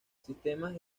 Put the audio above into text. sistemas